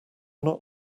not